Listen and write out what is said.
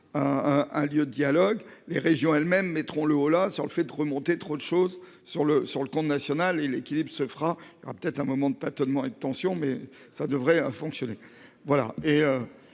un lieu de dialogue, les régions elles-mêmes mettront le holà sur le fait remonter trop de choses sur le, sur le compte national et l'équilibre se fera peut-être un moment de tâtonnements et de tension mais ça devrait fonctionner. Voilà